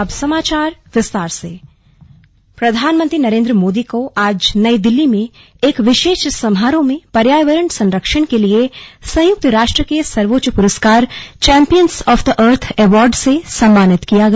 slug PM सम्मानित प्रधानमंत्री नरेंद्र मोदी को आज नई दिल्ली में एक विशेष समारोह में पर्यावरण संरक्षण के लिए संयुक्त राष्ट्र के सर्वोच्च प्रस्कार champions of the earth award से सम्मानित किया गया